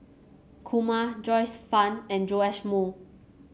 Kumar Joyce Fan and Joash Moo